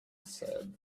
said